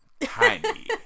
tiny